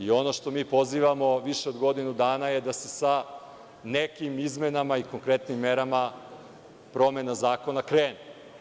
Ono što mi pozivamo više od godinu dana je da se sa nekim izmenama i konkretnim merama promena zakona krene.